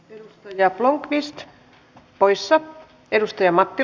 yrittäjä blomqvist poissa edustaja matti